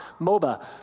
MOBA